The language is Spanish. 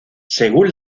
según